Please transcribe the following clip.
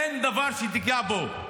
אין דבר שתיגע בו.